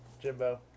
Jimbo